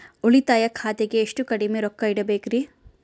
ಉಳಿತಾಯ ಖಾತೆಗೆ ಎಷ್ಟು ಕಡಿಮೆ ರೊಕ್ಕ ಇಡಬೇಕರಿ?